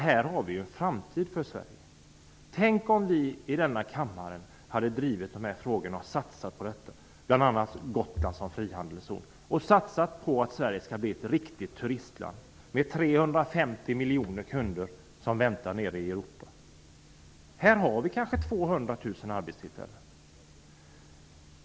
Här har vi en framtid för Tänk om vi i denna kammare hade drivit dessa frågor och satsat på detta, bl.a. på Gotland som frihandelszon! Tänk om vi hade satsat på att Sverige skulle bli ett riktigt turistland med 350 miljoner kunder som väntar nere i Europa! Här har vi kanske 200 000 arbetstillfällen.